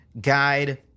guide